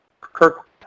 Kirk